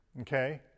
okay